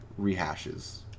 rehashes